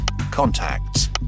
contacts